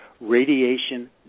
radiation